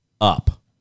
up